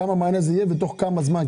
כמה מענה זה ייתן ובתוך כמה זמן.